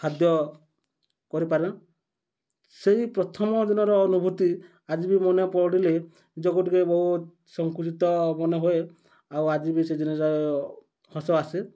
ଖାଦ୍ୟ କରିପାରେ ସେଇ ପ୍ରଥମ ଦିନର ଅନୁଭୂତି ଆଜି ବି ମନେ ପଡ଼ିଲେ ନିଜକୁ ଟିକେ ବହୁତ ସଂକୁଚିତ ମନେ ହୁଏ ଆଉ ଆଜି ବି ସେ ଜିନିଷ ହସ ଆସେ